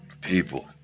people